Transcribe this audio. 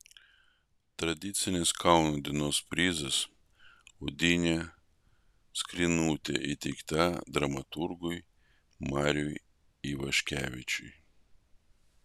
tradicinis kauno dienos prizas odinė skrynutė įteikta dramaturgui mariui ivaškevičiui